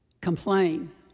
Complain